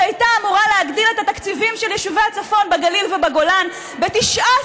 שהייתה אמורה להגדיל את התקציבים של יישובי הצפון בגליל ובגולן ב-19